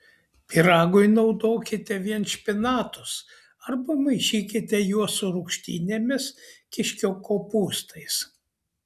pyragui naudokite vien špinatus arba maišykite juos su rūgštynėmis kiškio kopūstais